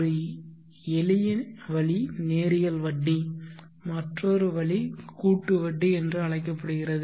ஒரு எளிய வழி நேரியல் வட்டி மற்றொரு வழி கூட்டு வட்டி என்று அழைக்கப்படுகிறது